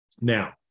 Now